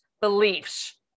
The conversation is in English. beliefs